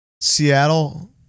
Seattle